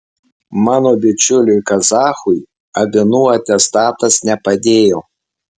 mano bičiuliui kazachui avinų atestatas nepadėjo